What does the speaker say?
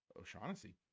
O'Shaughnessy